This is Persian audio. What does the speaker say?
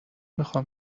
میخام